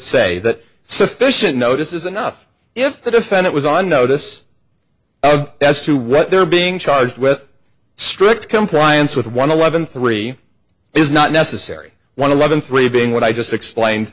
say that sufficient notice is enough if the defendant was on notice as to what they're being charged with strict compliance with one eleven three is not necessary one of them three being what i just explained